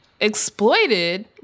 exploited